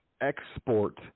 export